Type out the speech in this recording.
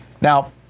Now